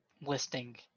listing